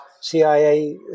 CIA